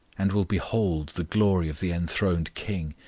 and will behold the glory of the enthroned king,